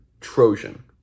Trojan